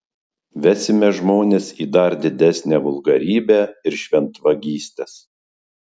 vesime žmones į dar didesnę vulgarybę ir šventvagystes